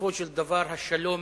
שבסופו של דבר השלום